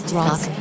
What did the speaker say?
rock